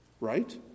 right